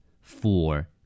four